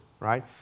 Right